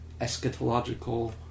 eschatological